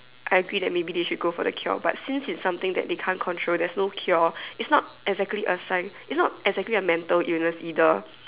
I agree that maybe they should go for the cure but since it's something that they can't control there's no cure it's not exactly a sign it's not exactly a mental illness either